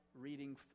reading